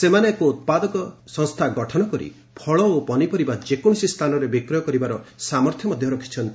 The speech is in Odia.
ସେମାନେ ଏକ ଉତ୍ପାଦକ ସ୍ୱାସ୍ଥ୍ୟ ଗଠନ କରି ଫଳ ଓ ପନିପରିବା ଯେକୌଣସି ସ୍ଥାନରେ ବିକ୍ରୟ କରିବାର ସାମାର୍ଥ୍ୟ ରଖିଛନ୍ତି